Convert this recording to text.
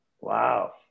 wow